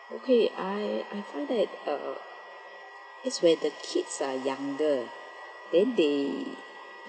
okay I I find that uh it's when the kids are younger then they